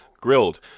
grilled